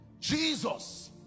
Jesus